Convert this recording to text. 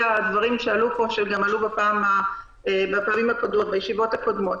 הדברים שעלו פה שגם עלו בישיבות הקודמות.